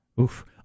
Oof